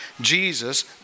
Jesus